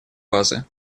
базы